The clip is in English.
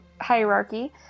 hierarchy